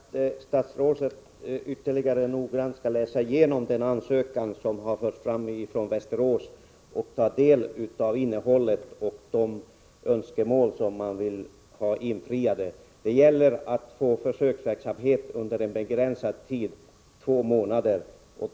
Herr talman! Jag tycker att statsrådet skall än en gång noggrant läsa igenom den ansökan som har kommit från Västerås Vision samt ta del av innehållet och de önskemål som man vill ha infriade. Man ansöker om att få bedriva försöksverksamhet under en begränsad tid av två månader.